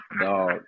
Dog